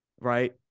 Right